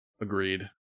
Agreed